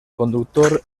conductor